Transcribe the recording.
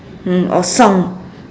mm or song